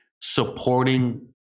supporting